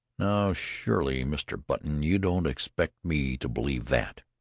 now surely, mr. button, you don't expect me to believe that.